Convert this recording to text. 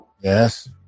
yes